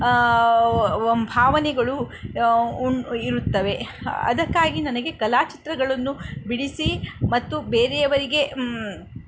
ಭಾವನೆಗಳು ಉಂ ಇರುತ್ತವೆ ಅದಕ್ಕಾಗಿ ನನಗೆ ಕಲಾ ಚಿತ್ರಗಳನ್ನು ಬಿಡಿಸಿ ಮತ್ತು ಬೇರೆಯವರಿಗೆ